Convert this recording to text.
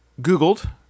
googled